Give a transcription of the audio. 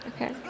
Okay